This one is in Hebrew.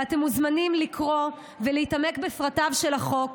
ואתם מוזמנים לקרוא ולהתעמק בפרטיו של החוק,